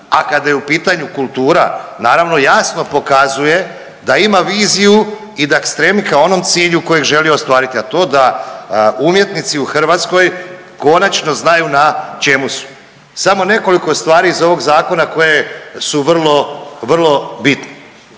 a kada je u pitanju kultura naravno jasno pokazuje da ima viziju i da stremi ka onom cilju kojeg želi ostvariti, a to da umjetnici u Hrvatskoj konačno znaju na čemu su. Samo nekoliko stvari iz ovog zakona koje su vrlo, vrlo bitne.